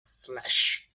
flesh